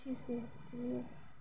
اچھی صحت کے لیے